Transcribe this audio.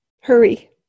hurry